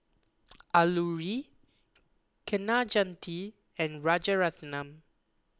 Alluri Kaneganti and Rajaratnam